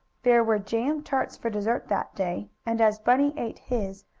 there were jam tarts for dessert that day, and as bunny ate his,